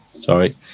sorry